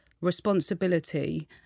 responsibility